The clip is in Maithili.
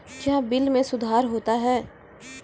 क्या बिल मे सुधार होता हैं?